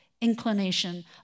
Inclination